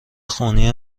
خونی